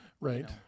right